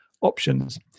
options